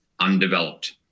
undeveloped